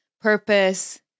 purpose